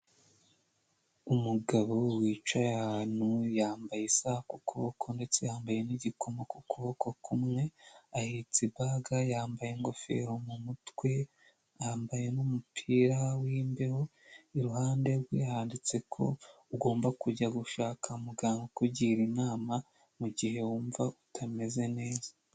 Umugabo wicaye ahantu yambaye isaha ku kuboko ndetse yambaye n'igikomo ku kuboko kumwe, ahetse ibaga, yambaye ingofero mu mutwe, yambaye n'umupira w'imbeho, iruhande rwe handitse ko ugomba kujya gushaka muganga ukugira inama mu gihe wumva utameze neza.